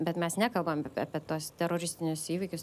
bet mes nekalbam apie tuos teroristinius įvykius